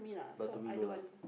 but to me no lah